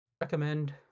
Recommend